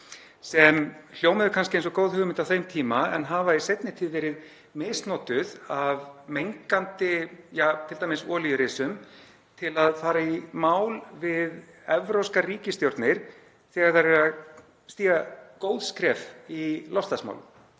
sem hljómaði kannski eins og góð hugmynd á þeim tíma en hefur í seinni tíð verið misnotað af t.d. mengandi olíurisum til að fara í mál við evrópskar ríkisstjórnir þegar þær eru að stíga góð skref í loftslagsmálum.